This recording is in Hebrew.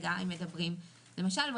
למשל,